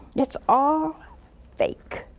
that's all fake,